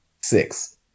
six